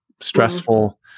stressful